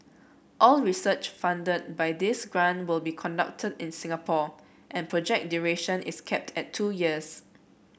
all research funded by this grant would be conducted in Singapore and project duration is capped at two years